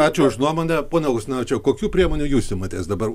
ačiū aš nuomonę pone augustinavičiau kokių priemonių jūs imatės dabar